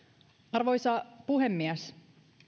arvoisa puhemies